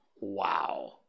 Wow